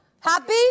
Happy